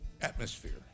atmosphere